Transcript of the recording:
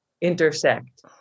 intersect